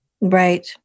Right